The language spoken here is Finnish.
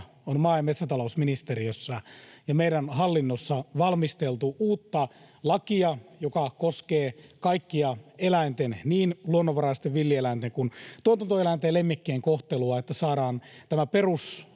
on maa- ja metsätalousministeriössä ja meidän hallinnossa valmisteltu uutta lakia, joka koskee kaikkien eläinten, niin luonnonvaraisten villieläinten kuin tuotantoeläinten ja lemmikkien, kohtelua, että saadaan tämä